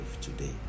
today